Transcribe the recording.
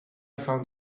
found